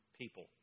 people